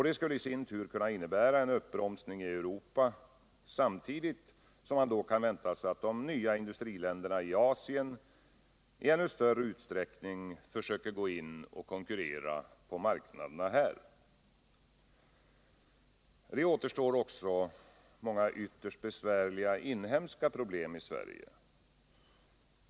Det skulle i sin tur kunna innebära en uppbromsning i Europa, samtidigt som man då kan vänta sig att de nya industriländerna i Asien i ännu större utsträckning försöker gå in och konkurrera på marknader här. Det återstår också många ytterst besvärliga inhemska problem.